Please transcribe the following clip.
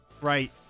right